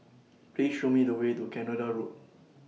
Please Show Me The Way to Canada Road